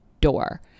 door